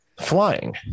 flying